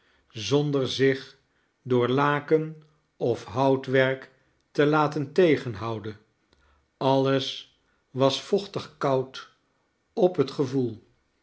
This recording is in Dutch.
zonder zich door laken of houtwerk te laten tegenhouden alles was vochtig koud op het gevoel